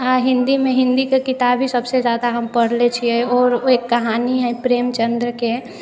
हिन्दीमे हिन्दीके किताब ही सबसँ ज्यादा हम पढ़ले छिए आओर ओ एक कहानी हइ प्रेमचन्द्रके